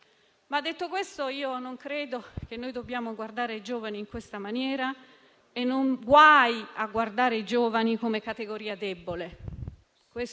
Questa può essere la crisi di un Paese: non possiamo guardare ai giovani come categoria debole. Al contrario, dobbiamo cambiare il nostro pensiero